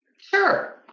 Sure